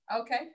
okay